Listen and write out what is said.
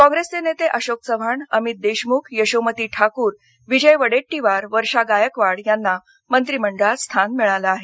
काँग्रेसचे नेते अशोक चव्हाण अमित देशमुख यशोमती ठाकूर विजय वडेट्टीवार वर्षा गायकवाड यांना मंत्रीमंडळात स्थान मिळाले आहे